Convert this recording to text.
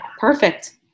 perfect